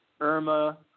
Irma